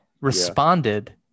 responded